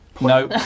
No